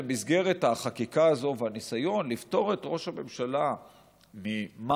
במסגרת החקיקה הזאת והניסיון לפטור את ראש הממשלה ממס